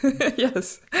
yes